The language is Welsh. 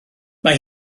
mae